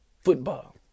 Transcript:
football